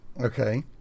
Okay